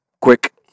quick